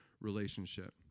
relationship